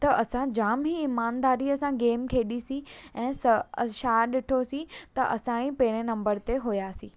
त असां जाम ई ईमांदारीअ सां गेम खेॾीसीं ऐं स छा डि॒ठोसीं त असां ई पहिरें नम्बर ते हुआसीं